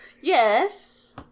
Yes